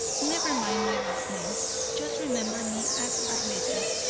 never mind my last name just remember me as arletta,